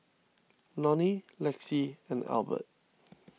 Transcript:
Lonny Lexie and Elbert